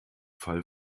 falle